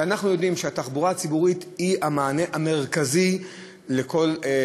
אנחנו יודעים שהתחבורה הציבורית היא המענה המרכזי לצפיפות.